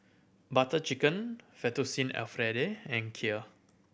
Butter Chicken Fettuccine Alfredo and Kheer